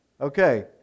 Okay